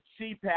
CPAC